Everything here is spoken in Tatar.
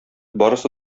барысы